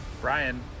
Brian